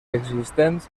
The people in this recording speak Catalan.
existents